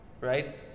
Right